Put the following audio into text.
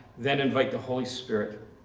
then invite the holy spirit,